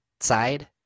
side